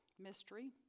mystery